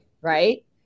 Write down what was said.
right